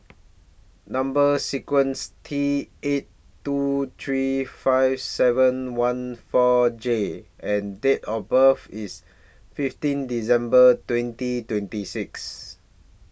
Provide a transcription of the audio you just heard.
Number sequence T eight two three five seven one four J and Date of birth IS fifteen December twenty twenty six